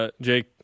Jake